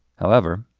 however,